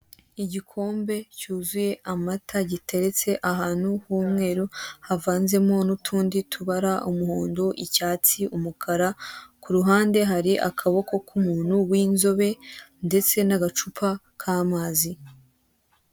Igikombe cyuzuye amata giteretse ahantu h'umweru havanzemo n'utundi tubara umuhondo, icyatsi, umukara, ku ruhande hari akaboko k'umuntu w'inzobe ndetse n'agacupa k'amazi.